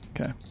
Okay